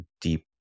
deep